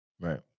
Right